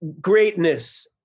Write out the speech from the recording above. Greatness